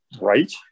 Right